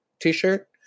t-shirt